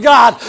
God